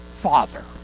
Father